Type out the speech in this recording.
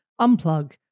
unplug